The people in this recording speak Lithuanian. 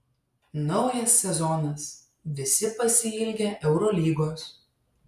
naujas sezonas visi pasiilgę eurolygos